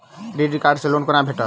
Credit card सँ loan कोना भेटत?